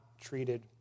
treated